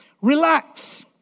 relax